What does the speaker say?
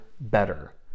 better